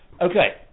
Okay